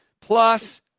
plus